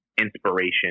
inspiration